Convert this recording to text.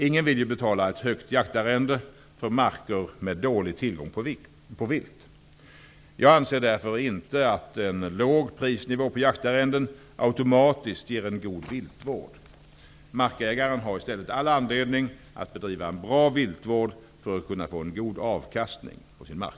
Ingen vill ju betala ett högt jaktarrende för marker med dålig tillgång på vilt. Jag anser därför inte att en låg prisnivå på jaktarrenden automatiskt ger en god viltvård. Markägaren har i stället all anledning att bedriva en bra viltvård för att kunna få en god avkastning av sin mark.